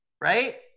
right